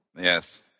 Yes